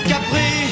Capri